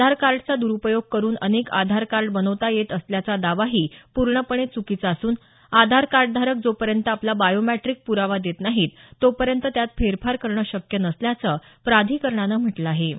आधार कार्डचा दरुपयोग करुन अनेक आधार कार्ड बनवता येत असल्याचा दावाही पूर्णपणे च्रकीचा असून आधार कार्डधारक जोपर्यंत आपला बायोमॅट्रीक प्रावा देत नाही तोपर्यंत त्यात फेरफार करण शक्य नसल्याचं प्राधिकरणानं म्हटलं आहे